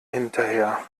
hinterher